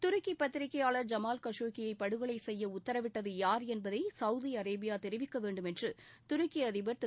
துருக்கி பத்திரிகையாளர் Jamal Khashoggi யை படுகொலை செய்ய உத்தரவிட்டது யார் என்பதை சவுதி அரேபியா தெரிவிக்க வேண்டும் என்று துருக்கி அதிபர் திரு